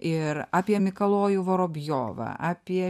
ir apie mikalojų vorobjovą apie